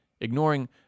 ignoring